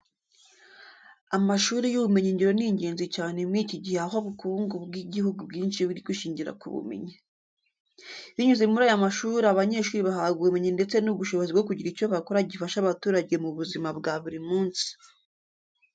Amashuri y'ubumenyingiro ni ingenzi cyane muri iki gihe aho ubukungu bw'ibihugu byinshi buri gushingira ku bumenyi. Binyuze muri aya mashuri abanyeshuri bahabwa ubumenyi ndetse n'ubushobozi bwo kugira icyo bakora gifasha abaturage mu buzima bwa buri munsi.